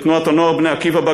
בתנועת הנוער "בני עקיבא",